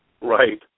right